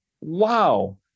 wow